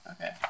Okay